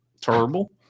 Terrible